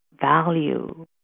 value